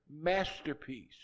masterpiece